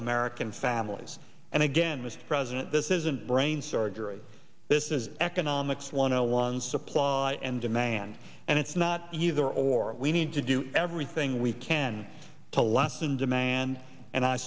american families and again mr president this isn't brain surgery this is economics one hundred one supply and demand and it's not either or we need to do everything we can to lessen demand and i